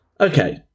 Okay